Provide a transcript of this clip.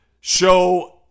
Show